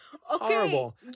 Horrible